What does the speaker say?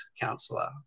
counselor